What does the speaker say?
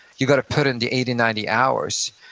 you gotta put in the eighty, ninety hours,